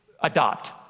adopt